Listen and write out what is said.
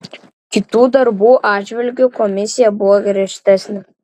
kitų darbų atžvilgiu komisija buvo griežtesnė